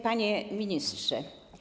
Panie Ministrze!